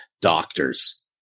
Doctors